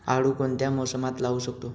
आळू कोणत्या मोसमात लावू शकतो?